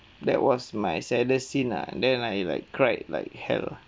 that was my saddest scene lah then I like cried like hell